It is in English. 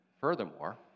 Furthermore